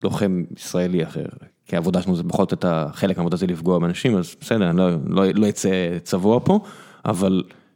לוחם ישראלי אחר, כי עבודה שלנו זה פחות את ה...חלק העבודה זה לפגוע באנשים, אז בסדר, אני לא אצא צבוע פה, אבל.